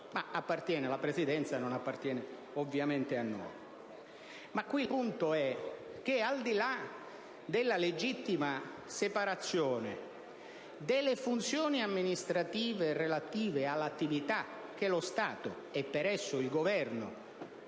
alla Presidenza e non appartiene ovviamente a noi). Il punto è che, al di là della legittima separazione delle funzioni amministrative relative all'attività che lo Stato - e per esso il Governo